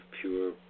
pure